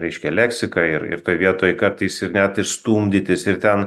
reiškia leksiką ir ir toj vietoj kartais ir net ir stumdytis ir ten